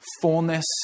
Fullness